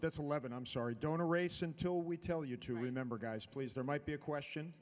that's eleven i'm sorry don't race until we tell you to remember guys please there might be a question